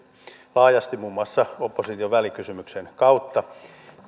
laajasti muun muassa opposition välikysymyksen kautta